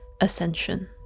Ascension